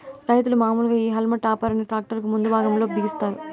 రైతులు మాములుగా ఈ హల్మ్ టాపర్ ని ట్రాక్టర్ కి ముందు భాగం లో బిగిస్తారు